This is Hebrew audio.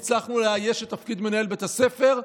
הצלחנו לאייש את תפקיד מנהל בית הספר,